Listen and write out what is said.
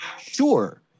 sure